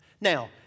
Now